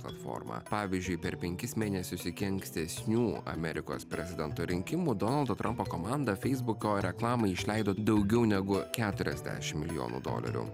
platforma pavyzdžiui per penkis mėnesius iki ankstesnių amerikos prezidento rinkimų donaldo trampo komanda feisbuko reklamai išleido daugiau negu keturiasdešim milijonų dolerių